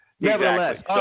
Nevertheless